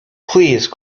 please